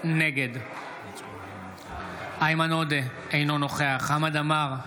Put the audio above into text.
נגד איימן עודה, אינו נוכח חמד עמאר,